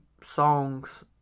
songs